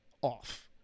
off